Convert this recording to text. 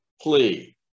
plea